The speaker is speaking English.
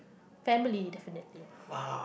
family definitely